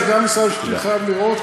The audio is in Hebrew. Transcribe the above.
אז גם משרד המשפטים צריך לראות,